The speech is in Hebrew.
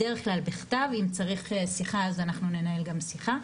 בדרך כלל בכתב ואם צריך שיחה אז אנחנו ננהל גם שיחה.